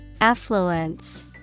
Affluence